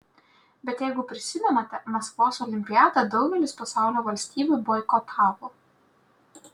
bet jeigu prisimenate maskvos olimpiadą daugelis pasaulio valstybių boikotavo